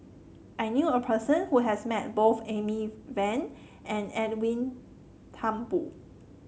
I knew a person who has met both Amy Van and Edwin Thumboo